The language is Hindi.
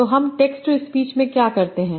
तो हम टेक्स्ट टू स्पीच में क्या करते हैं